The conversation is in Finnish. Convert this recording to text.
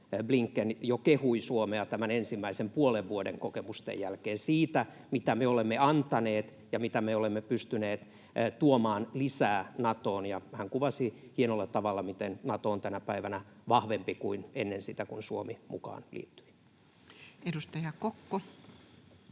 Blinken jo kehui Suomea tämän ensimmäisen puolen vuoden kokemusten jälkeen siitä, mitä me olemme antaneet ja mitä me olemme pystyneet tuomaan lisää Natoon. Hän kuvasi hienolla tavalla, miten Nato on tänä päivänä vahvempi kuin ennen sitä kun Suomi mukaan liittyi. [Speech 45]